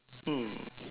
mm